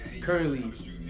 currently